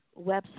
website